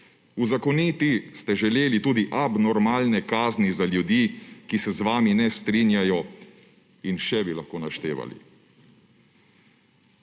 uzakoniti ste želeli tudi abnormalne kazni za ljudi, ki se z vami ne strinjajo. In še bi lahko naštevali.